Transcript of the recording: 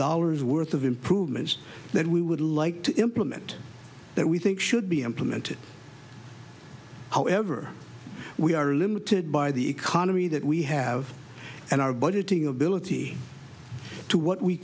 dollars worth of improvements that we would like to implement that we think should be implemented however we are limited by the economy that we have and our budgeting ability to what we